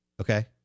Okay